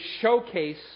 showcase